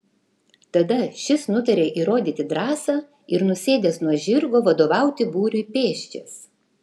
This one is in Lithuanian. tada šis nutaria įrodyti drąsą ir nusėdęs nuo žirgo vadovauti būriui pėsčias